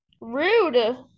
rude